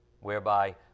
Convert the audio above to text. whereby